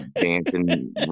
dancing